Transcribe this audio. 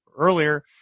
earlier